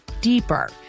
deeper